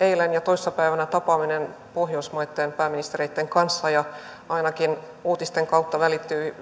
eilen ja toissa päivänä tapaaminen pohjoismaitten pääministereitten kanssa ja ainakin uutisten kautta välittyi